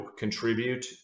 contribute